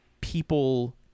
people